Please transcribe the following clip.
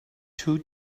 two